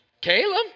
Caleb